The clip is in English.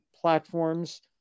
platforms